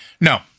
no